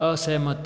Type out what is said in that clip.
असहमत